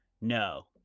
no